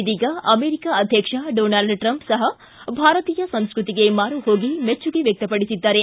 ಇದೀಗ ಅಮೆರಿಕ ಅಧ್ಯಕ್ಷ Donald Trump ಸಹ ಭಾರತೀಯ ಸಂಸ್ಕೃತಿಗೆ ಮಾರುಹೋಗಿ ಮೆಚ್ಚುಗೆ ವ್ಯಕ್ತಪಡಿಸಿದ್ದಾರೆ